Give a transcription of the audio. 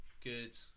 good